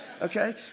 Okay